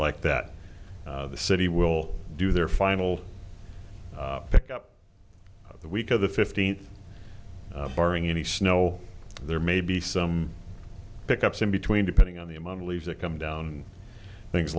like that the city will do their final pick up the week of the fifteenth barring any snow there may be some pickups in between depending on the amount of leaves that come down things